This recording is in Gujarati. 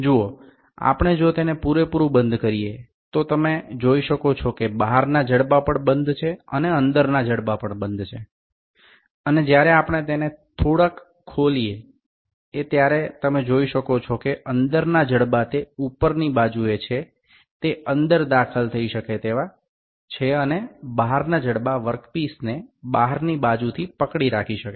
જુઓ આપણે જો તેને પૂરેપૂરું બંધ કરીએ તો તમે જોઈ શકો છો કે બહારના જડબા પણ બંધ છે અને અંદરના જડબા પણ બંધ છે અને જ્યારે આપણે તેને થોડાક ખોલી એ ત્યારે તમે જોઈ શકો છો કે અંદરના જડબા જે ઉપરની બાજુ એ છે તે અંદર દાખલ થઇ શકે છે અને બહારના જડબા વર્કપીસને બહારની બાજુથી પકડી રાખી શકે છે